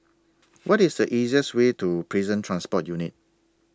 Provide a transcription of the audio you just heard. What IS The easiest Way to Prison Transport Unit